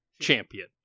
champion